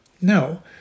No